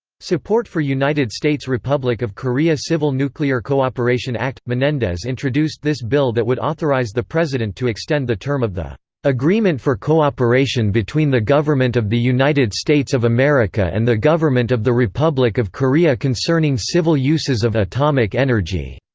support for united states-republic of korea civil nuclear cooperation act menendez introduced this bill that would authorize the president to extend the term of the agreement for cooperation between the government of the united states of america and the government of the republic of korea concerning civil uses of atomic energy